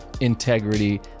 integrity